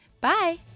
bye